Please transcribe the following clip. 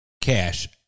cash